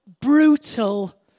brutal